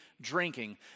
drinking